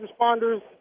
responders